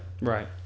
Right